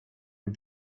and